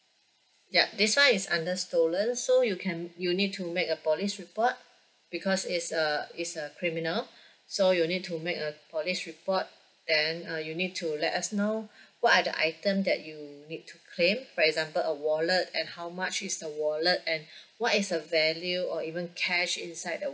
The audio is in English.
ya this one is under stolen so you can you need to make a police report because it's a it's a criminal so you'll need to make a police report then uh you need to let us know what are the item that you need to claim for example a wallet and how much is the wallet and what is the value or even cash inside the